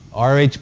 RH